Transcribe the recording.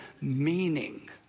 meaning